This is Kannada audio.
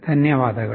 ಧನ್ಯವಾದಗಳು